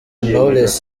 knowless